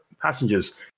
Passengers